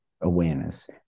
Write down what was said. awareness